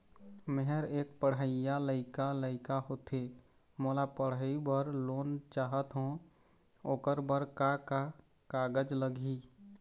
मेहर एक पढ़इया लइका लइका होथे मोला पढ़ई बर लोन चाहथों ओकर बर का का कागज लगही?